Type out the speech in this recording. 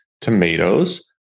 tomatoes